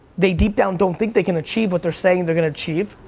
they deep down don't think they can achieve what they're saying they're gonna achieve.